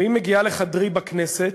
והיא מגיעה לחדרי בכנסת,